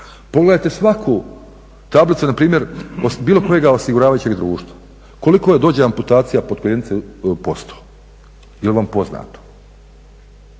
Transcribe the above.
Pogledajte svaku tablicu npr. od bilo kojega osiguravajućega društva koliko dođe amputacija potkoljenice posto, je li vam poznato?